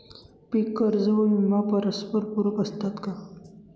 पीक कर्ज व विमा परस्परपूरक असतात का?